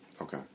Okay